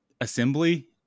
Assembly